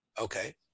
Okay